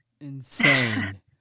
insane